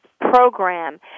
program